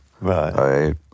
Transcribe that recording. Right